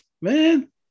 man